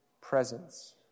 presence